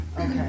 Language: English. okay